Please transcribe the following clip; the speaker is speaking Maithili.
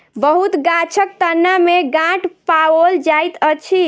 बहुत गाछक तना में गांठ पाओल जाइत अछि